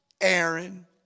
Aaron